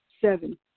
Seven